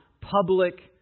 public